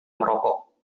merokok